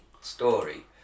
story